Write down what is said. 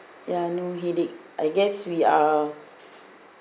ya no headache I guess we are